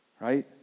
right